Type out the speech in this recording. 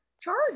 charge